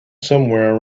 somewhere